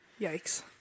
yikes